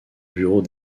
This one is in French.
bureau